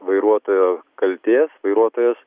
vairuotojo kaltės vairuotojas